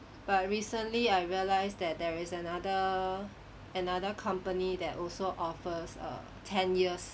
but recently I realise that there is another another company that also offers a ten years